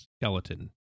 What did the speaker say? skeleton